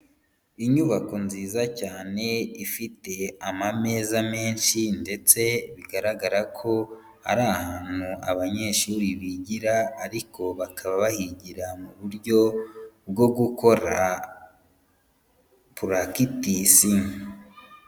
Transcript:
Inyubako nziza cyane ifite amameza menshi ndetse bigaragara ko ari ahantu abanyeshuri bigira ariko bakaba bahigira mu buryo bwo gukora practice.